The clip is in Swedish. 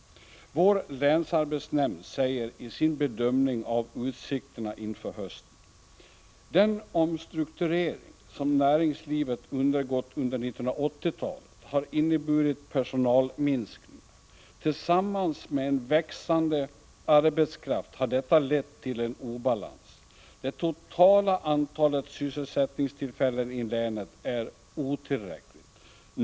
Vår länsarbetsnämnd säger i sin bedömning av utsikterna inför hösten: Den omstrukturering som näringslivet undergått under 1980-talet har inneburit personalminskningar. Tillsammans med en växande arbetskraft har detta lett till en obalans; det totala antalet sysselsättningstillfällen i länet är otillräckligt.